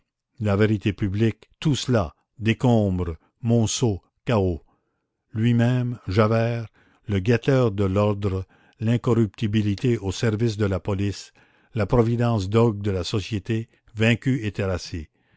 la vérité publique tout cela décombre monceau chaos lui-même javert le guetteur de l'ordre l'incorruptibilité au service de la police la providence dogue de la société vaincu et terrassé